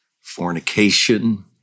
fornication